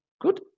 Good